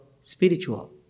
spiritual